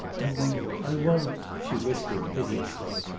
i won't! i won't! she whispered piteously.